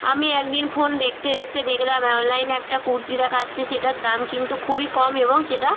আমি একদিন ফোন দেখতে দেখতে দেখলাম অনলাইনে একটা কুর্তি দেখাচ্ছে সেটার দাম কিন্তু খুবই কম এবং সেটা